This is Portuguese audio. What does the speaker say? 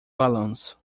balanço